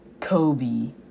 Kobe